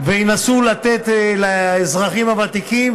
וינסו לתת לאזרחים הוותיקים.